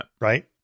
right